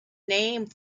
name